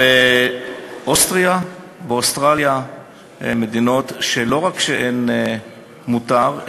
ואוסטריה ואוסטרליה הן מדינות שלא רק שמותר בהן,